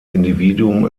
individuum